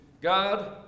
God